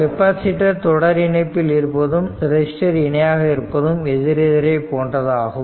capacitor தொடர் இணைப்பில் இருப்பதும் ரெசிஸ்டர் இணையாக இருப்பதும் எதிரெதிரே போன்றதாகும்